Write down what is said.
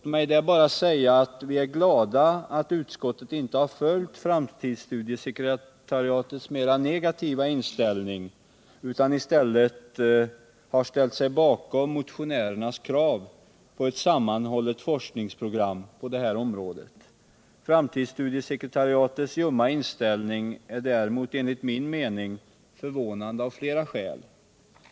Vi är glada att utskottet inte följt framtidsstudiesekretariatets mera negativa inställning utan i stället understött motionärernas krav på ett sammanhållet forskningsprogram för dessa frågor. Framtidsstudiesekretariatets ljumma inställning är enligt min mening förvånande av flera skäl.